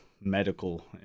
medical